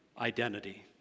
identity